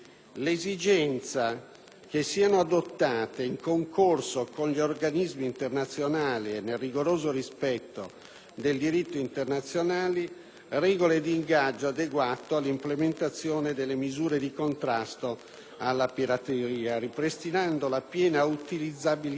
che siano adottate, in concorso con gli organismi internazionali e nel rigoroso rispetto del diritto internazionale, regole d'ingaggio adeguate all'implementazione delle misure di contrasto alla pirateria, ripristinando la piena utilizzabilità delle vie marittime,